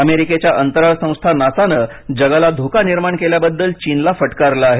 अमेरिकेच्या अंतराळ संस्था नासाने जगाला धोका निर्माण केल्याबद्दल चीनला फटकारले आहे